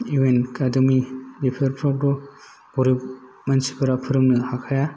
U एन academy बेफोरावथ' गरिब मानसिफोरा फरायनो हाखाया